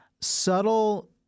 subtle